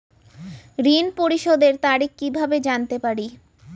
ঋণ পরিশোধের তারিখ কিভাবে জানতে পারি?